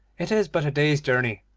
it is but a day's journey,